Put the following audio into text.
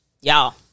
Y'all